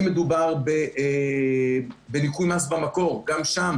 אם מדובר בניכוי מס במקור גם שם